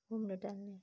घूमने टहलने